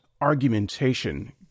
argumentation